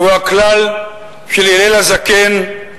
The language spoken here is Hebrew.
הוא הכלל של הלל הזקן: